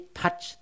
touch